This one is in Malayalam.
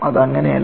അത് അങ്ങനെയല്ല